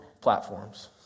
platforms